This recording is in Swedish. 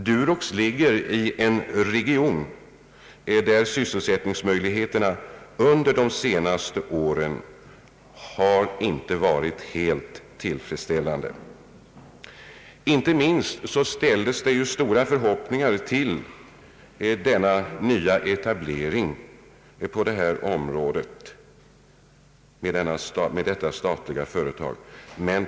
Durox ligger i en region där sysselsättningsmöjligheterna under de senaste åren inte har varit helt tillfredsställande. Inte minst ställdes det stora förhoppningar på nyetableringen av detta statliga företag.